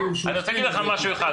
אני רוצה להגיד לך משהו אחד,